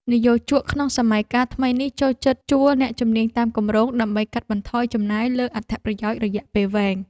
និយោជកក្នុងសម័យកាលថ្មីនេះចូលចិត្តជួលអ្នកជំនាញតាមគម្រោង ដើម្បីកាត់បន្ថយចំណាយលើអត្ថប្រយោជន៍រយៈពេលវែង។